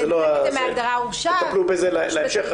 יטפלו בזה בהמשך.